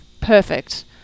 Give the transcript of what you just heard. perfect